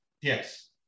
Yes